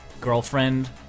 Girlfriend